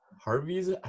Harvey's